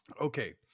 Okay